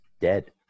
dead